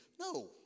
No